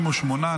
38,